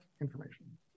information